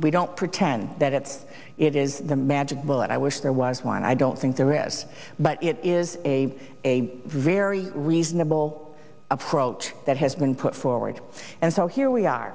we don't pretend that it's it is the magic bullet i wish there was one i don't think there is but it is a a very reasonable approach that has been put forward and so here we are